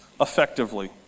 effectively